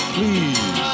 Please